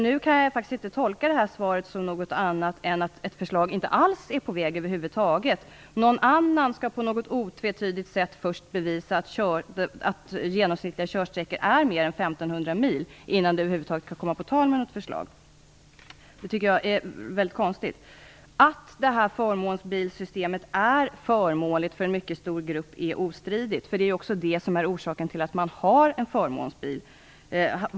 Nu kan jag faktiskt inte tolka det här svaret på något annat sätt än att det inte är på väg något förslag över huvud taget. Någon annan skall på något otvetydigt sätt först bevisa att den genomsnittliga körsträckan är längre än 1 500 mil innan ett förslag över huvud taget kan komma på tal. Det tycker jag är väldigt konstigt. Det är ostridigt att förmånsbilssystemet är förmånligt för en mycket stor grupp. Det är också det som är orsaken till att man väljer att ha en förmånsbil.